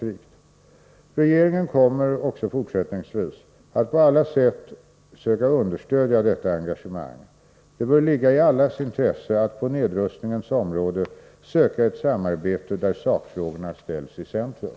45 främja ett gott samarbete i nedrustningens tjänst Regeringen kommer, också fortsättningsvis, att på alla sätt söka understödja detta engagemang. Det bör ligga i allas intresse att på nedrustningens område söka ett samarbete där sakfrågorna ställs i centrum.